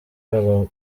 babo